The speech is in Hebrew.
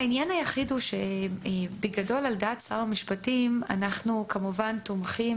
העניין היחיד הוא שבגדול על דעת שר המשפטים אנחנו כמובן תומכים